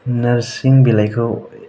नोरसिं बिलाइखौ